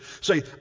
say